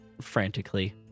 frantically